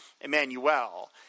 Emmanuel